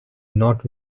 not